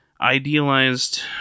idealized